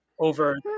over